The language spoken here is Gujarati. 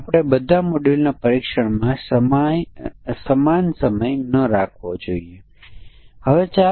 તો આ માટે સમકક્ષ વર્ગો શું હશે